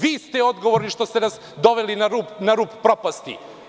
Vi ste odgovorni što ste nas doveli na rub propasti.